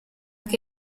che